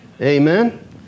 Amen